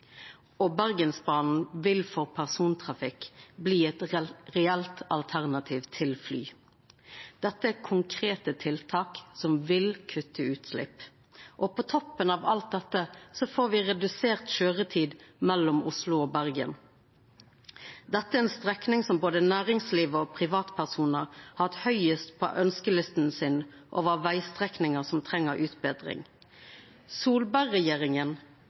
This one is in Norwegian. og Bergensbanen vil for persontrafikken bli eit reelt alternativ til fly. Dette er konkrete tiltak som vil kutta utslepp. På toppen av alt dette får me redusert køyretid mellom Oslo og Bergen. Dette er ei strekning som både næringslivet og privatpersonar har hatt høgst på ønskjelista si over vegstrekningar som treng utbetring. Solberg-regjeringa løyvde ikkje nok midlar til å oppretthalda framdrifta i planlegginga av